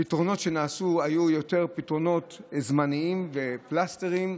הפתרונות שנעשו היו יותר פתרונות זמניים ופלסטרים,